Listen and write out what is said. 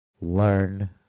learn